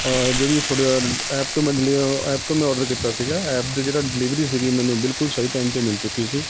ਔਰ ਜਿਹੜੀ ਕਿ ਤੁਹਾਡੇ ਡਿਲ ਐਪ ਤੋਂ ਮੈਂ ਡਿਲ ਐਪ ਤੋਂ ਮੈਂ ਔਡਰ ਕੀਤਾ ਸੀਗਾ ਐਪ ਦਾ ਜਿਹੜੀ ਡਿਲੀਵਰੀ ਸੀਗੀ ਬਿਲਕੁੱਲ ਮੈਨੂੰ ਸਹੀ ਟਾਈਮ 'ਤੇ ਮਿਲ ਚੁੱਕੀ ਸੀ